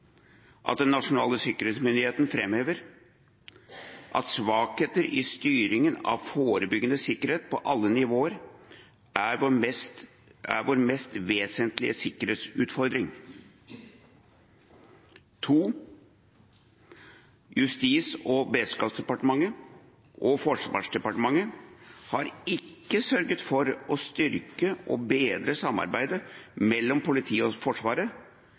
fremhever at svakheter i styringen av forebyggende sikkerhet på alle nivåer er vår mest vesentlige sikkerhetsutfordring. Justis- og beredskapsdepartementet og Forsvarsdepartementet har ikke sørget for å styrke og bedre samarbeidet mellom politiet og Forsvaret,